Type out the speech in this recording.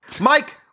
Mike